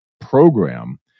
program